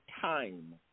time